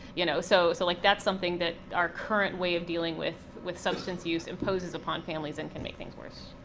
you know so so like that's something that our current way of dealing with with substance use imposes upon families, and can make things worse.